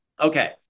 Okay